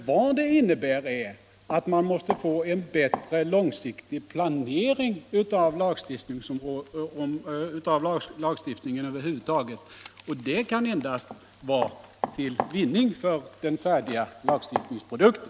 Däremot innebär det att man måste få en bättre långsiktig planering av lagstiftningen över huvud taget, och det kan endast vara till gagn för den färdiga lagstiftningsprodukten.